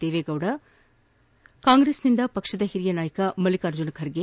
ದೇವೇಡಿ ಕಾಂಗ್ರೆಸ್ನಿಂದ ಪಕ್ಷದ ಓರಿಯ ನಾಯಕ ಮಲ್ಲಿಕಾರ್ಜುನ ಖರ್ಗೆ